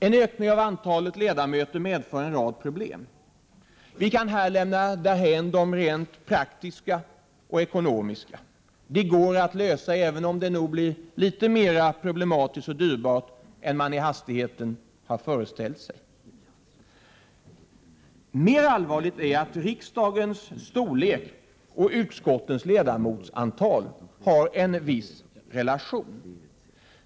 En ökning av antalet ledamöter medför en rad problem. Vi kan i detta sammanhang lämna därhän de rent praktiska och ekonomiska problemen, eftersom de går att lösa även om det nog blir litet mer problematiskt och 87 dyrbart än man i hastigheten har föreställt sig. Mer allvarligt är det att riksdagens storlek och utskottens ledamotsantal har en viss relation.